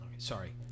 Sorry